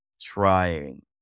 trying